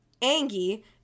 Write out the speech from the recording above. Angie